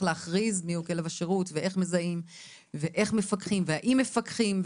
להכריז מיהו כלב השירות ואיך מזהים ואיך מפקחים והאם מפקחים,